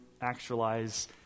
actualize